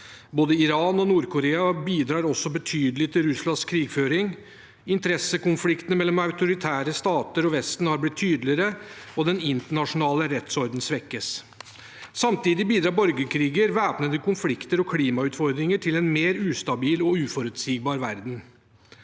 både Iran og Nord-Korea bidrar også betydelig til Russlands krigføring, interessekonfliktene mellom autoritære stater og Vesten har blitt tydeligere, og den internasjonale rettsordenen svekkes. Samtidig bidrar borgerkriger, væpnede konflikter og klimautfordringer til en mer ustabil og uforutsigbar verden.